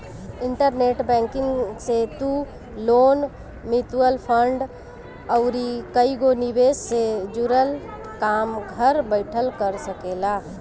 internet banking से तू loan, mutual fund अउरी कईगो निवेश से जुड़ल काम घर बैठल कर सकेला